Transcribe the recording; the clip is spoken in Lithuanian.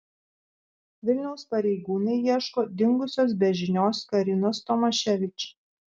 vilniaus pareigūnai ieško dingusios be žinios karinos tomaševič